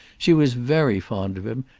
she was very fond of him,